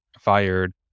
fired